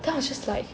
then I was just like